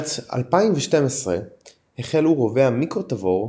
בשנת 2012 החלו רובי המיקרו-תבור,